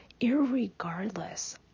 irregardless